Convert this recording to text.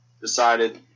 decided